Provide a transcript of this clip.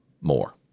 more